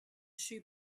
shoes